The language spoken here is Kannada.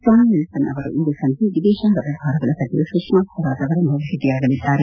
ಸ್ಯಾಮ್ಯುಯೆಲ್ಪನ್ ಅವರು ಇಂದು ಸಂಜೆ ವಿದೇಶಾಂಗ ವ್ಯವಹಾರಗಳ ಸಚಿವೆ ಸುಷ್ಮಾ ಸ್ವರಾಜ್ ಅವರನ್ನು ಭೇಟಿಯಾಗಲಿದ್ದಾರೆ